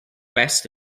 best